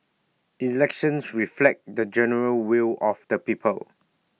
elections reflect the general will of the people